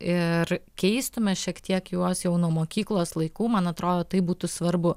ir keistume šiek tiek juos jau nuo mokyklos laikų man atrodo tai būtų svarbu